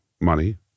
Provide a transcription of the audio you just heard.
money